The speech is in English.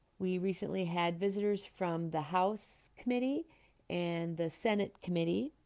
we recently had visitors from the house committee and the senate committee